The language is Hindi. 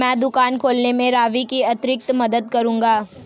मैं दुकान खोलने में रवि की आर्थिक मदद करूंगा